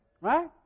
right